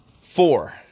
Four